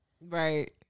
Right